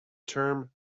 term